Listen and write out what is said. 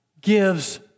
gives